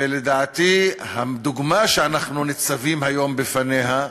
ולדעתי, הדוגמה שאנחנו ניצבים היום בפניה,